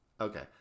Okay